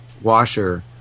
washer